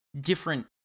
different